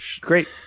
Great